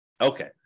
Okay